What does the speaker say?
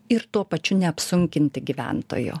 ir tuo pačiu neapsunkinti gyventojų